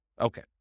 Okay